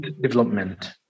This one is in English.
development